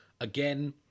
again